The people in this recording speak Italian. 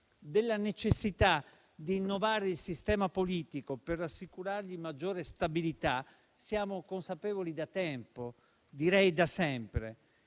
Della necessità di innovare il sistema politico per assicurargli maggiore stabilità siamo consapevoli da tempo, direi da sempre.